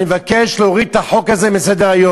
אני מבקש להוריד את החוק הזה מסדר-היום.